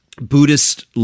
Buddhist